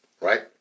right